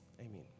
Amen